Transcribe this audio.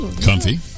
Comfy